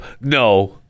No